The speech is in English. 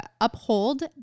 uphold